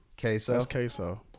Queso